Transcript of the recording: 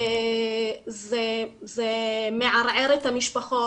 זה מערער את המשפחות,